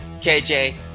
KJ